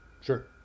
sure